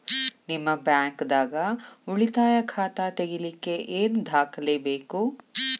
ನಿಮ್ಮ ಬ್ಯಾಂಕ್ ದಾಗ್ ಉಳಿತಾಯ ಖಾತಾ ತೆಗಿಲಿಕ್ಕೆ ಏನ್ ದಾಖಲೆ ಬೇಕು?